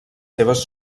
seves